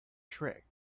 trick